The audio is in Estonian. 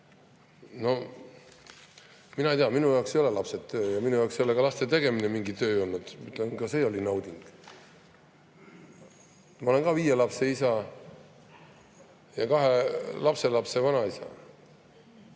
Mina ei tea, minu jaoks ei ole lapsed töö. Ja minu jaoks ei ole ka laste tegemine mingi töö olnud, ka see oli nauding. Ma olen viie lapse isa ja kahe lapselapse vanaisa.